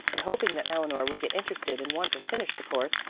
and hoping that eleanor would get interested and want to finish the course,